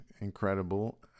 incredible